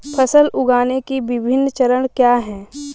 फसल उगाने के विभिन्न चरण क्या हैं?